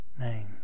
name